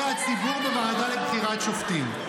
פוליטיקאים --- יושבים בוועדה לבחירת שופטים,